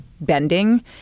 bending